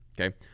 Okay